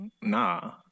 nah